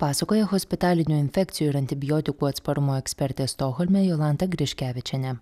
pasakoja hospitalinių infekcijų ir antibiotikų atsparumo ekspertė stokholme jolanta griškevičienė